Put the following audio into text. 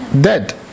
Dead